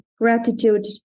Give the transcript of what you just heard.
gratitude